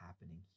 happening